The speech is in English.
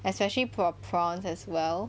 especially for prawns as well